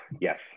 Yes